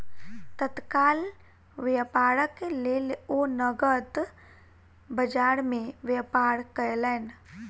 तत्काल व्यापारक लेल ओ नकद बजार में व्यापार कयलैन